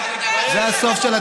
אתה לא יכול לומר אותו.